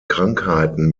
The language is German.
krankheiten